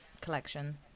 collection